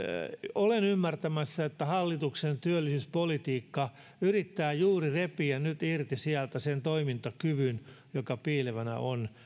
olen ymmärtämässä että hallituksen työllisyyspolitiikka yrittää juuri repiä nyt irti sieltä sen toimintakyvyn joka piilevänä on